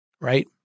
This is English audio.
Right